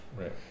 right